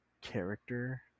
character